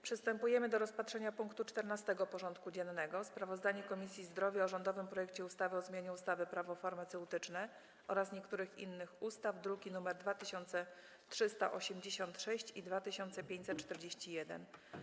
Przystępujemy do rozpatrzenia punktu 14. porządku dziennego: Sprawozdanie Komisji Zdrowia o rządowym projekcie ustawy o zmianie ustawy Prawo farmaceutyczne oraz niektórych innych ustaw (druki nr 2386 i 2541)